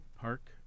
Park